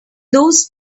those